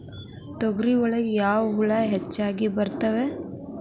ತೊಗರಿ ಒಳಗ ಯಾವ ಹುಳ ಹೆಚ್ಚಾಗಿ ಬರ್ತವೆ?